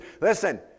Listen